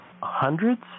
Hundreds